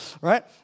right